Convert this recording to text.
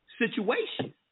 situation